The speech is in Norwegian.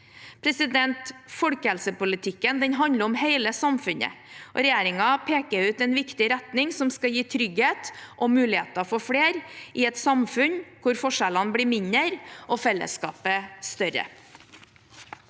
leve i. Folkehelsepolitikken handler om hele samfunnet, og regjeringen peker ut en viktig retning som skal gi trygghet og muligheter for flere – i et samfunn hvor forskjellene blir mindre og fellesskapet større.